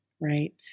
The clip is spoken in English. right